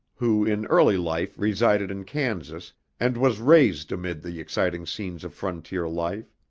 who in early life resided in kansas and was raised amid the exciting scenes of frontier life.